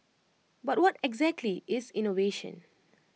but what exactly is innovation